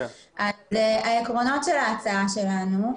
העקרונות של ההצעה שלנו.